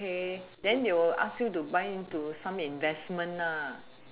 okay then they will ask you to bind into some investment lah